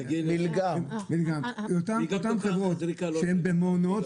אלה אותן חברות שהן במעונות.